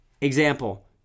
Example